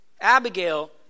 Abigail